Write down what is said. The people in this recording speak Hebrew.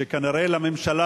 שכנראה הממשלה,